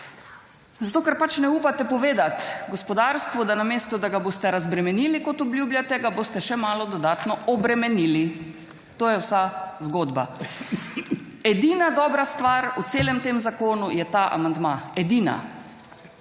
Zato ker pač ne upate povedat gospodarstvu, da namesto, da ga boste razbremenili, kot obljubljate, ga boste še malo dodatno obremenili. To je vsa zgodba. Edina dobra stvar v celem tem zakonu, je ta amandma. Edina.